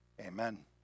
Amen